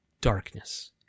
darkness